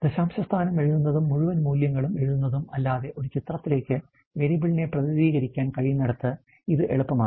ദശാംശസ്ഥാനം എഴുതുന്നതും മുഴുവൻ മൂല്യങ്ങളും എഴുതുന്നതും അല്ലാതെ ഒരു ചിത്രത്തിലേക്ക് വേരിയബിളിനെ പ്രതിനിധീകരിക്കാൻ കഴിയുന്നിടത്ത് ഇത് എളുപ്പമാണ്